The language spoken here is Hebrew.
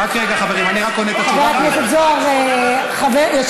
מיקי, תפרט לנו את ההישגים.